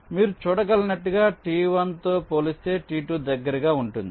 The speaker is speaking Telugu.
మీరు చూడగలిగినట్లుగా T1 తో పోలిస్తే T2 దగ్గరగా ఉంటుంది